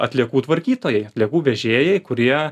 atliekų tvarkytojai atliekų vežėjai kurie